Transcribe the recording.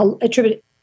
attribute